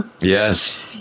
yes